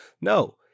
No